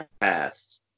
past